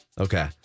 Okay